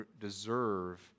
deserve